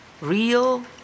real